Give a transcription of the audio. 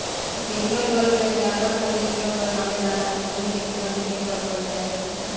animal welfare, जानवर खातिर नियम बनवले बा ताकि ओकनी के निमन से देखभाल कईल जा सके